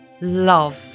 love